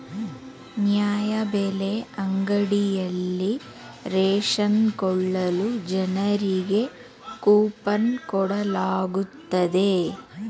ನ್ಯಾಯಬೆಲೆ ಅಂಗಡಿಯಲ್ಲಿ ರೇಷನ್ ಕೊಳ್ಳಲು ಜನರಿಗೆ ಕೋಪನ್ ಕೊಡಲಾಗುತ್ತದೆ